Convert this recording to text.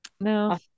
no